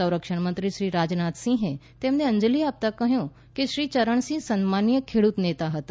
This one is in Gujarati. સંરક્ષણ મંત્રી રાજનાથ સિંહે તેમને અંજલી આપતા કહ્યું કે શ્રી ચરણ સિંહ સન્માનીય ખેડૂત નેતા હતા